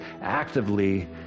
actively